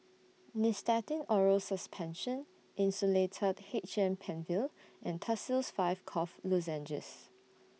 Nystatin Oral Suspension Insulatard H M PenFill and Tussils five Cough Lozenges